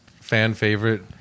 fan-favorite